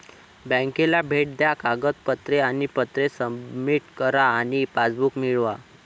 बँकेला भेट द्या कागदपत्रे आणि पत्रे सबमिट करा आणि पासबुक मिळवा